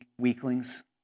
weaklings